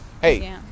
Hey